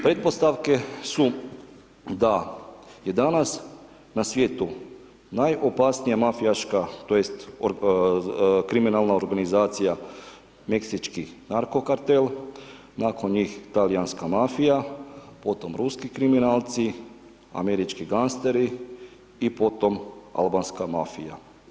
Pretpostavke su da je danas na svijetu najopasnija mafijaška, tj. kriminalna organizacija meksički narkokartel, nakon njih talijanska mafija, potom ruski kriminalci, američki gangsteri i potom albanska mafija.